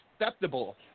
acceptable